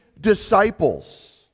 disciples